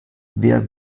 wer